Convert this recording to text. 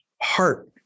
heart